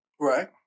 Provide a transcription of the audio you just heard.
Right